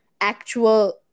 actual